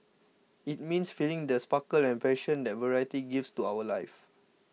it means feeling the sparkle and passion that variety gives to our life